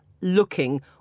looking